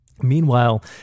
Meanwhile